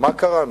מה קרה.